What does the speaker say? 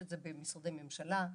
שזה קיים במשרדי ממשלה,